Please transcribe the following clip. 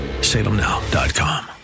salemnow.com